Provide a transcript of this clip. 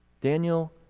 Daniel